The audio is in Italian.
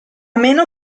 meno